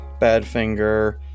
Badfinger